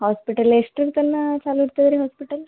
hospital ಎಷ್ಟರ ತನಕ ಚಾಲು ಇರ್ತಾವೆ ರೀ ಹಾಸ್ಪಿಟಲ್